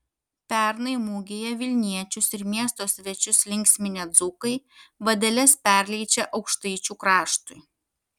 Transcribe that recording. pernai mugėje vilniečius ir miesto svečius linksminę dzūkai vadeles perleidžia aukštaičių kraštui